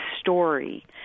story